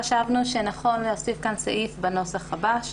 חשבנו שנכון להוסיף כאן סעיף בנוסח הבא: